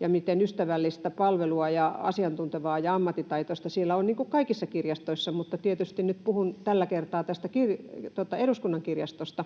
ja miten ystävällistä palvelua ja asiantuntevaa ja ammattitaitoista siellä on — niin kuin kaikissa kirjastoissa, mutta tietysti nyt puhun tällä kertaa tästä eduskunnan kirjastosta.